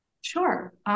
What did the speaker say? Sure